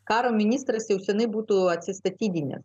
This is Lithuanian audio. karo ministras jau seniai būtų atsistatydinęs